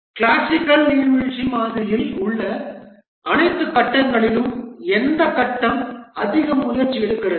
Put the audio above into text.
classical நீர்வீழ்ச்சி மாதிரியில் உள்ள அனைத்து கட்டங்களிலும் எந்த கட்டம் அதிக முயற்சி எடுக்கிறது